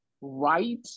right